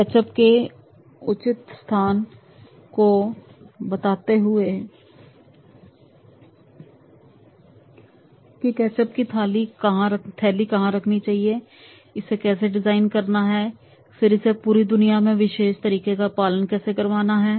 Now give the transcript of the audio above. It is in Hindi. केचप के उचित स्थान को बताते हुए कि केचप की थैली कहां रखनी है इसे कैसे डिजाइन करना है और फिर इसे पूरी दुनिया में विशेष तरीके का पालन कैसे करवाएं